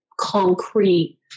concrete